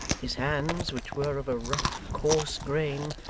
his hands, which were of a rough, coarse grain,